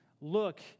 look